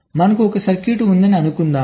మనకు ఒక సర్క్యూట్ ఉందని అనుకుందాం